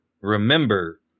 remember